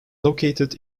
located